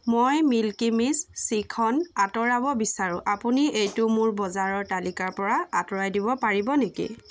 মই মিল্কী মিষ্ট শ্ৰীখণ্ড আঁতৰাব বিচাৰোঁ আপুনি এইটো মোৰ বজাৰৰ তালিকাৰ পৰা আঁতৰাই দিব পাৰিব নেকি